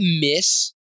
miss